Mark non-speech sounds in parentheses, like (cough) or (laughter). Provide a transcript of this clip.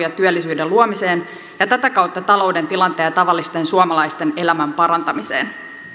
(unintelligible) ja työllisyyden luomiseen ja tätä kautta talouden tilanteen ja tavallisten suomalaisten elämän parantamiseen